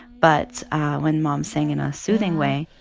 but when mom sang in a soothing way.